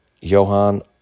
Johan